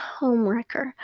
homewrecker